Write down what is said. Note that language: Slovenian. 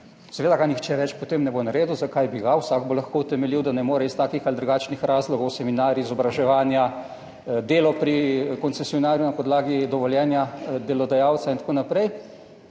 seveda ga nihče več potem ne bo naredil, zakaj bi ga, vsak bo lahko utemeljil, da ne more iz takih ali drugačnih razlogov, seminar, izobraževanja, delo pri koncesionarju na podlagi dovoljenja delodajalca in tako naprej.